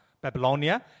Babylonia